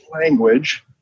language